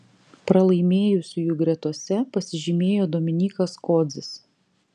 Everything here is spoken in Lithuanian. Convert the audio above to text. pralaimėjusiųjų gretose pasižymėjo dominykas kodzis